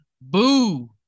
Boo